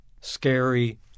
scary